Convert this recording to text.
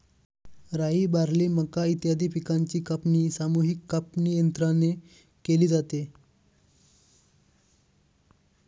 राई, बार्ली, मका इत्यादी पिकांची कापणी सामूहिक कापणीयंत्राने केली जाते